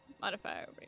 Modifier